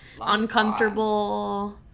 uncomfortable